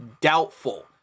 doubtful